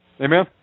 Amen